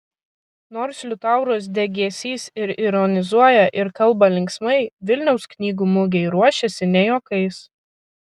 nors liutauras degėsys ir ironizuoja ir kalba linksmai vilniaus knygų mugei ruošiasi ne juokais